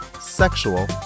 sexual